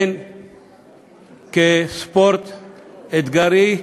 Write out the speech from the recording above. הן כספורט אתגרי,